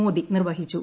മോദി നിർവ്വഹിച്ചു